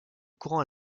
courant